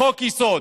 בחוק-יסוד.